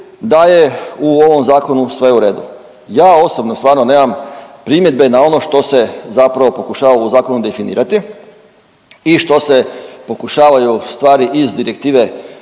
da je u ovom zakonu sve u redu. Ja osobno stvarno nemam primjedbe na ono što se zapravo pokušava u zakonu definirati i što se pokušavaju stvari iz direktive